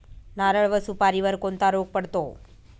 नारळ व सुपारीवर कोणता रोग पडतो?